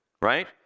right